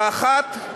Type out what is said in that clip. האחת,